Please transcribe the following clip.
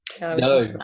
No